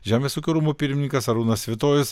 žemės ūkio rūmų pirmininkas arūnas svitojus